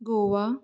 Goa